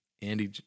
Andy